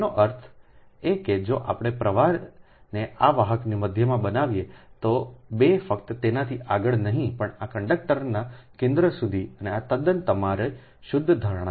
તેનો અર્થ એ કે જો આપણે પ્રવાહને આ વાહકની મધ્યમાં બનાવીએ તો 2 ફક્ત તેનાથી આગળ નહીં પણ આ કંડક્ટરના કેન્દ્ર સુધી અને આ તદ્દન તમારી શુદ્ધ ધારણા છે